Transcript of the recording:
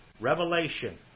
Revelation